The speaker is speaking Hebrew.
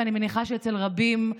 ואני מניחה שאצל רבים,